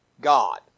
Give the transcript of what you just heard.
God